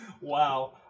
Wow